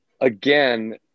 again